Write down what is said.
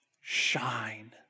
shine